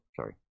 sorry